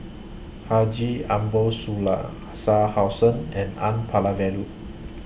Haji Ambo Sooloh Shah Hussain and N Palanivelu